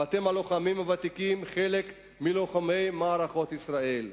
ואתם, הלוחמים הוותיקים, חלק מלוחמי מערכות ישראל.